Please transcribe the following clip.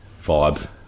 vibe